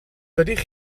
dydych